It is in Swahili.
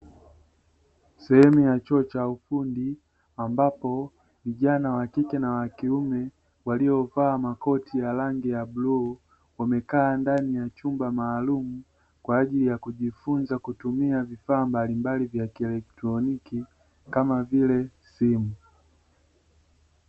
Sehemu ya chuo cha ufundi, ambapo vijana wakike na wakiume waliovaa makoti ya rangi ya bluu, wamekaa ndani ya chumba maalumu kwaajili ya kujifunza vitu mbalimbali vya kieletroniki kama vile simu .